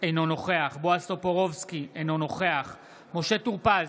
אינו נוכח בועז טופורובסקי, אינו נוכח משה טור פז,